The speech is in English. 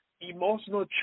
emotional